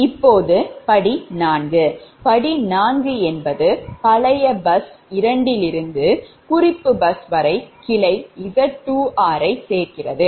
இப்போது படி 4 படி 4 என்பது பழைய பஸ் 2 இலிருந்து குறிப்பு பஸ் வரை கிளை Z2r ஐ சேர்க்கிறது